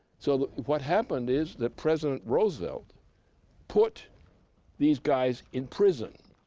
so what happened is, that president roosevelt put these guys in prison,